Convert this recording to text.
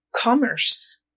commerce